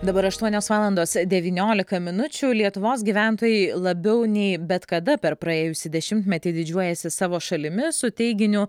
dabar aštuonios valandos devyniolika minučių lietuvos gyventojai labiau nei bet kada per praėjusį dešimtmetį didžiuojasi savo šalimi su teiginiu